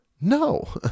no